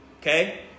okay